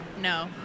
no